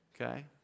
Okay